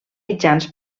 mitjans